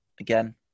again